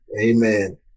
amen